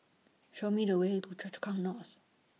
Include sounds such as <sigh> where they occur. Show Me The Way to <unintelligible> Chu Kang North